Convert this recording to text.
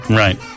right